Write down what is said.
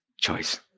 choice